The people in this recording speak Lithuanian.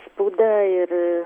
spauda ir